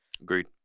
Agreed